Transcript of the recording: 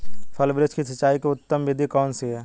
फल वृक्ष की सिंचाई की उत्तम विधि कौन सी है?